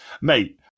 mate